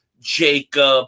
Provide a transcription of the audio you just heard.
Jacob